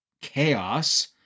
chaos